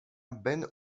ben